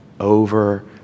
over